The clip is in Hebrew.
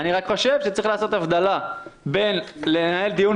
אני רק חושב שצריך לעשות הבדלה בין ניהול דיון